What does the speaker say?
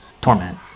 torment